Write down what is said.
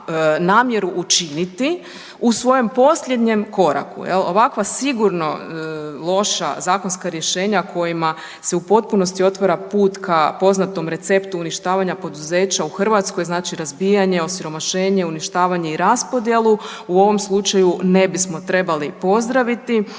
učiniti u svojem posljednjem koraku. Jel, ovakva sigurno loša zakonska rješenja kojima se u potpunosti otvara put ka poznatom receptu uništavanja poduzeća u Hrvatskoj znači razbijanje, osiromašenje, uništavanje i raspodjelu u ovom slučaju ne bismo trebali pozdraviti.